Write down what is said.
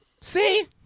See